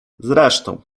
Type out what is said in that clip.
zresztą